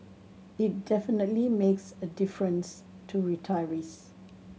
it definitely makes a difference to retirees